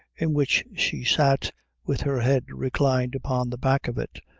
in which she sat with her head reclined upon the back of it,